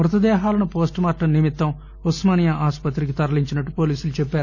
మృతదేహాలను పోస్టుమార్టం నిమిత్తం ఉస్కానియా ఆసుపత్రికి తరలించినట్లు చెప్పారు